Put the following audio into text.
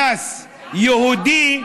אנס יהודי,